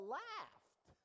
laughed